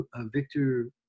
Victor